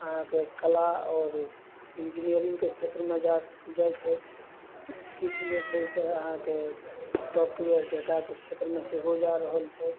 अहाँके कला आओर इन्जीनियरिंगके क्षेत्रमे जा जाइ छथि किछु जे छै से अहाँके सॉफ्टवेयर डेटाके क्षेत्रमे सेहो जा रहल छथि